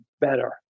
better